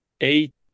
eight